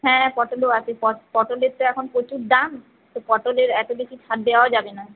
হ্যাঁ পটলও আছে পটলের তো এখন প্রচুর দাম তো পটলে এত বেশি ছাড় দেওয়া যাবে না